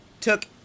took